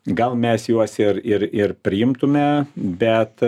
gal mes juos ir ir ir priimtume bet